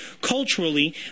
culturally –